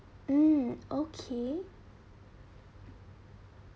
mm okay